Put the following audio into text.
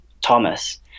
Thomas